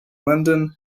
lyndon